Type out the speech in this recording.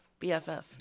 BFF